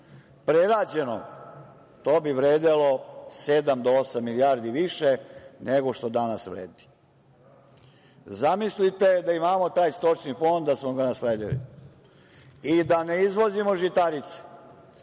Prerađeno to bi vredelo sedam do osam milijardi više nego što danas vredi. Zamislite da imamo taj stočni fond da smo ga nasledili i da ne izvozimo žitarice. Mi